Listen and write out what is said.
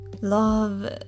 love